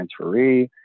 transferee